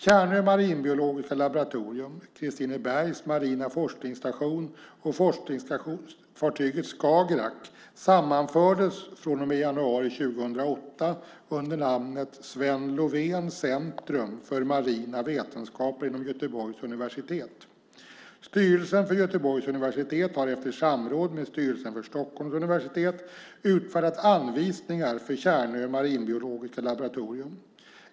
Tjärnö marinbiologiska laboratorium, Kristinebergs Marina Forskningsstation och forskningsfartyget Skagerrak sammanfördes från och med januari 2008 under namnet Sven Lovén centrum för marina vetenskaper inom Göteborgs universitet. Styrelsen för Göteborgs universitet har efter samråd med styrelsen för Stockholms universitet utfärdat anvisningar för Tjärnö marinbiologiska laboratorium.